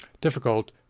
difficult